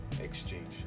exchange